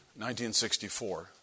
1964